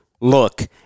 look